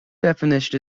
definition